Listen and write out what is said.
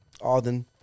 Alden